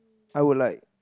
I would like